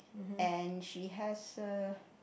and she has a